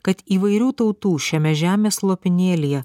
kad įvairių tautų šiame žemės lopinėlyje